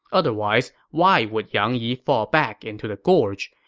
otherwise, why would yang yi fall back into the gorge?